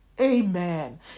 Amen